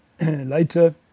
Later